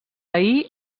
ahir